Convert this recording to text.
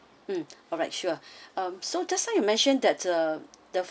mm alright sure um so just now you mentioned that uh the